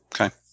Okay